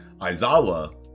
aizawa